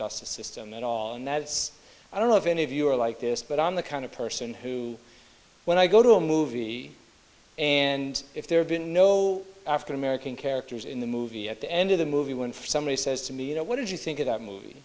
system at all and that's i don't know if any of you are like this but i'm the kind of person who when i go to a movie and if there have been no african american characters in the movie at the end of the movie when somebody says to me you know what did you think of that movie